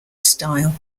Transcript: style